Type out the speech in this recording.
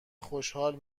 خوشحال